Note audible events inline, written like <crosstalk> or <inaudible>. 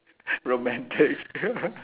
romantic <laughs>